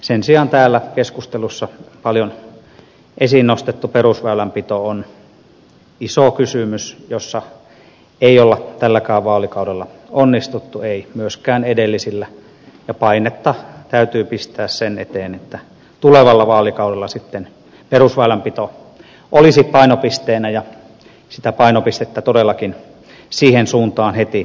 sen sijaan täällä keskustelussa paljon esiin nostettu perusväylänpito on iso kysymys jossa ei ole tälläkään vaalikaudella onnistuttu ei myöskään edellisillä ja painetta täytyy pistää sen eteen että tulevalla vaalikaudella sitten perusväylänpito olisi painopisteenä ja sitä painopistettä todellakin siihen suuntaan heti alettaisiin siirtää